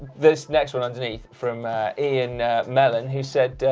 this next one underneath from ian mellon who said,